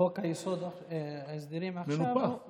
חוק ההסדרים עכשיו, מנופח.